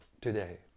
today